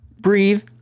breathe